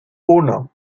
uno